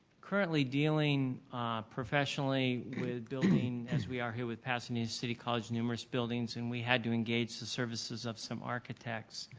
currently dealing professionally with building as we are here with pasadena city college numerous buildings and we had to engage to services of some architects.